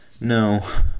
no